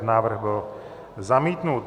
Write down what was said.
Návrh byl zamítnut.